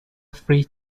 free